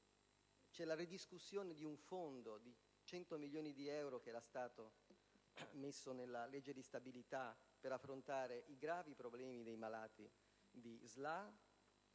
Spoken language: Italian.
messa in discussione di un fondo di 100 milioni di euro, che era stato previsto nella legge di stabilità per affrontare i gravi problemi di malati di